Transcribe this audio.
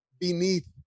beneath